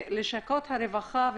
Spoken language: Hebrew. לשכות הרווחה,